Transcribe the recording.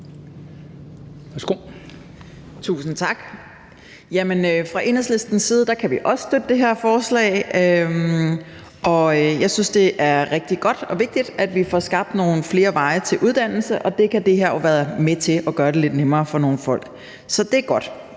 Tusind tak. Fra Enhedslistens side kan vi også støtte det her forslag. Jeg synes, det er rigtig godt og vigtigt, at vi får skabt nogle flere veje til uddannelse, og det her kan jo være med til at gøre det lidt nemmere for nogle folk, så det er godt